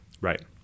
Right